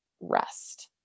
rest